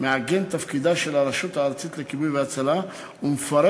מעגן את תפקידה של הרשות הארצית לכיבוי והצלה ומפרט